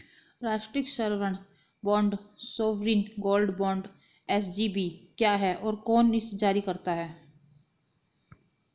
राष्ट्रिक स्वर्ण bond sovereign gold bond SGB क्या है और इसे कौन जारी करता है?